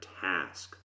task